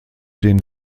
den